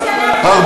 מי משלם את המחיר,